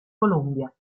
colombia